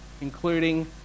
including